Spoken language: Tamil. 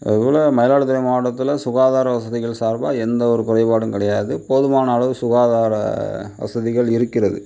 அதேபோல் மயிலாடுதுறை மாவட்டத்தில சுகாதார வசதிகள் சார்பாக எந்த ஒரு குறைபாடும் கிடையாது போதுமான அளவு சுகாதார வசதிகள் இருக்கிறது